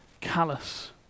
callous